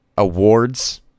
Awards